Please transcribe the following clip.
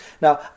Now